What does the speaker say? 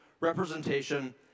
representation